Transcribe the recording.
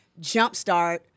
jumpstart